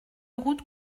route